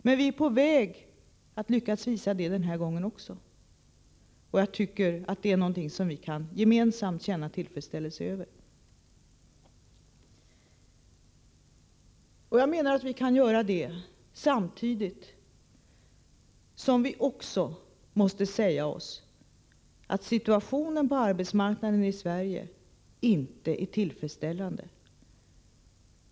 Men vi är på väg att också denna gång lyckas visa att det faktiskt är möjligt. Det är något som vi gemensamt kan känna tillfredsställelse över. Samtidigt som vi gör det måste vi emellertid också säga oss att situationen på arbetsmarknaden i Sverige inte är tillfredsställande.